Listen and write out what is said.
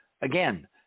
Again